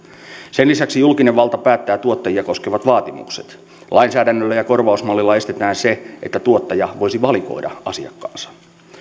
sen lisäksi julkinen valta päättää tuottajia koskevat vaatimukset lainsäädännöllä ja korvausmallilla estetään se että tuottaja voisi valikoida asiakkaansa